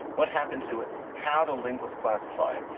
what happened to it? how to linguist classify it?